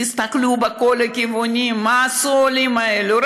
תסתכלו בכל הכיוונים מה עשו העולים האלה.